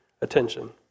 attention